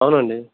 అవునండి